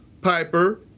Piper